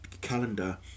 calendar